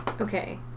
Okay